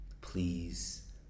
Please